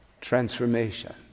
transformation